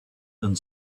and